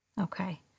Okay